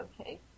Okay